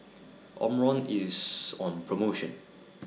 Omron IS on promotion